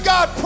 God